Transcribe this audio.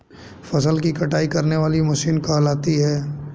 फसल की कटाई करने वाली मशीन कहलाती है?